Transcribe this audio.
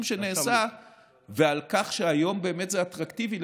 שנעשה ועל כך שהיום זה באמת אטרקטיבי,